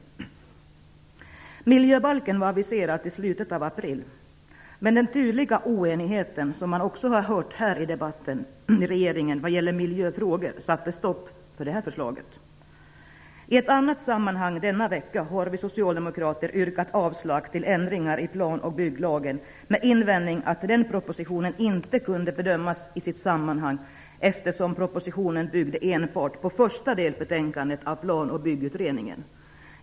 Förslaget till miljöbalk var aviserat till slutet av april, men regeringens tydliga oenighet i miljöfrågor, som har kommit fram också i den här debatten, satte stopp för det förslaget. Vi socialdemokrater har denna vecka yrkat avslag på propositionen om ändringar i plan och bygglagen, med den motiveringen att den propositionen ännu inte kan bedömas i sitt rätta sammanhang, eftersom den bygger enbart på Planoch byggutredningen första delbetänkande.